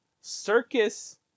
circus